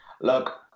Look